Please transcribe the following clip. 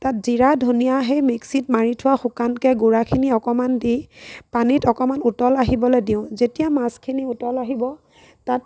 তাত জিৰা ধনীয়া সেই মিক্সিত মাৰি থোৱা শুকানকে গুৰাখিনি অকণমান দি পানীত অকণমান উতল আহিবলৈ দিওঁ যেতিয়া মাছখিনি উতল আহিব তাত